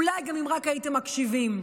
אולי, אם רק הייתם מקשיבים.